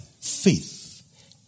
faith